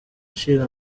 ishinga